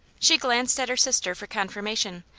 she glanced at her sister for confirmation,